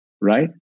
Right